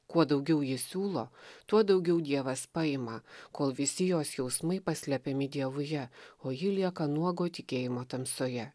kuo daugiau ji siūlo tuo daugiau dievas paima kol visi jos jausmai paslepiami dievuje o ji lieka nuogo tikėjimo tamsoje